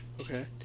Okay